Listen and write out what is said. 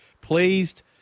pleased